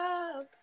up